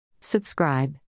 Subscribe